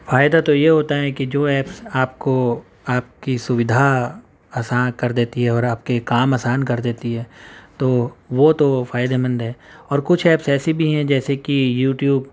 فائدہ تو یہ ہوتا ہے کہ جو ایپس آپ کو آپ کی سویدھا آسان کر دیتی ہے اور آپ کے کام آسان کر دیتی ہے تو وہ تو فائدے مند ہے اور کچھ ایپس ایسی بھی ہیں جیسے کہ یوٹیوب